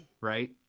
right